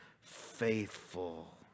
faithful